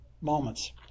moments